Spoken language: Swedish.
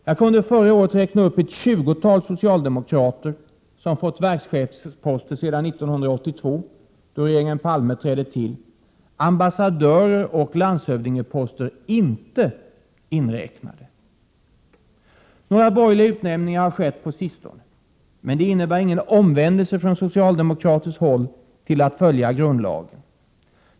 Jag kunde förra året räkna upp ett tjugotal socialdemokrater som fått verkschefsposter sedan 1982 då regeringen Palme tillträdde. Ambassadörer och landshövdingar är då inte inräknade. Några borgerliga utnämningar har skett på sistone. Det innebär emellertid ingen omvändelse från socialdemokratiskt håll till att följa grundlagen.